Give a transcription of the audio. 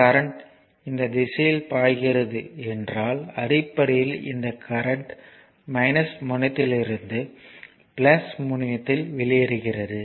current இந்த திசையில் பாய்கிறது என்றால் அடிப்படையில் இந்த கரண்ட் முனையத்திலிருந்து முனையத்தில் வெளியேறுகிறது